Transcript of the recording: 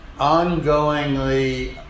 ongoingly